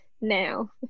Now